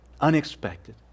unexpected